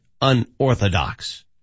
unorthodox